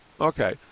Okay